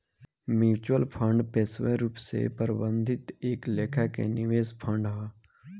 mutual fund पेशेवर रूप से प्रबंधित एक लेखा के निवेश फंड हा